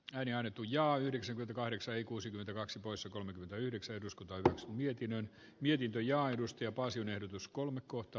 hän ja nyt lujaa yhdeksän kahdeksan ja kuusikymmentäkaksi poissa kolmekymmentäyhdeksän eduskuntaan mietin yön vietin linjaa edusti opasin ehdotus kolme kohta